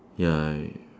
ya